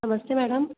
नमस्ते मैडम